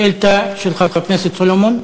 שאילתה של חבר הכנסת סולומון.